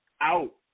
out